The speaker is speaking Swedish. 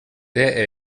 det